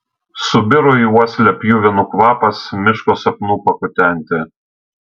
subiro į uoslę pjuvenų kvapas miško sapnų pakutenti